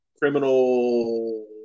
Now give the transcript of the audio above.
criminal